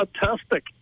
fantastic